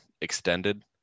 extended